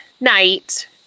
night